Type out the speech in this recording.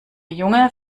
junge